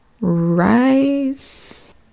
rice